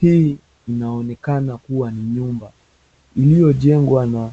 Hii inaonekana kuwa ni nyumba iliyojengwa na